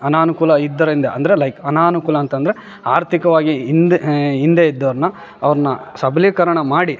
ಅನಾನುಕೂಲ ಇದರಿಂದ ಅಂದರೆ ಲೈಕ್ ಅನಾನುಕೂಲ ಅಂತ ಅಂದರೆ ಆರ್ಥಿಕವಾಗಿ ಹಿಂದೆ ಹಿಂದೆ ಇದ್ದವ್ರನ್ನ ಅವ್ರನ್ನ ಸಬಲೀಕರಣ ಮಾಡಿ